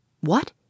What